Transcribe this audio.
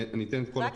אתן את כל התשובות.